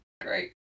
Great